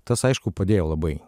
tas aišku padėjo labai